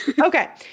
Okay